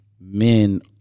men